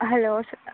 hello ಸ